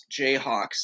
Jayhawks